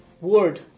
word